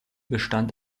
bestand